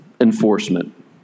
enforcement